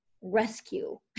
rescue